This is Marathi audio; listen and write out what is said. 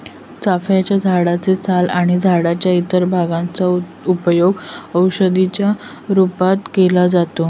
चाफ्याच्या झाडे चे साल आणि झाडाच्या इतर भागांचा उपयोग औषधी च्या रूपात केला जातो